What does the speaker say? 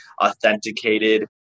authenticated